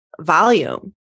volume